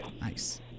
Nice